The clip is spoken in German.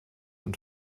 und